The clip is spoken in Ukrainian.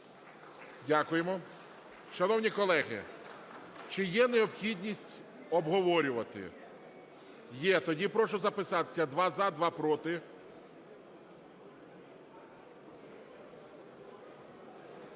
Дякуємо. Шановні колеги, чи є необхідність обговорювати? Є. Тоді прошу записатися: два – за, два – проти.